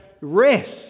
rest